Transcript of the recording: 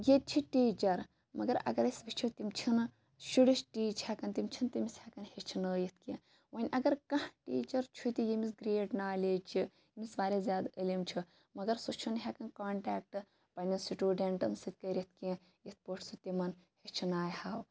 ییٚتہِ چھِ ٹیٖچَر مَگَر اَگر أسۍ وٕچھو تِم چھِ نہٕ شُرِس ٹیٖچ ہیٚکان تِم چھِ نہٕ تٔمس ہیٚکان ہیٚچھنٲیِتھ کینٛہہ وۄنۍ اَگَر کانٛہہ ٹیٖچَر چھُ تہِ ییٚمِس گریٹ نولیج چھِ ییٚمِس واریاہ زیادٕ علم چھُ مَگَر سُہ چھُ نہٕ ہیٚکان کَنٹیٚکٹ پَننٮ۪ن سٹوڈَنٹَن سۭتۍ کٔرِتھ کینٛہہ اِتھ پٲٹھۍ سُہ تمن ہیٚچھنٲیِہا